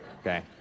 Okay